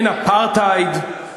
אין אפרטהייד.